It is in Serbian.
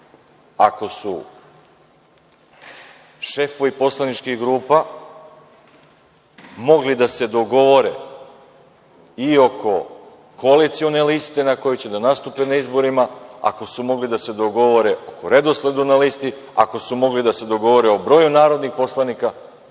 ako su šefovi poslaničkih grupa mogli da se dogovore i oko koalicione liste na kojima će da nastupe na izborima, ako su mogli da se dogovore oko redosledu na listi, ako su mogli da se dogovore o broju narodnih poslanika,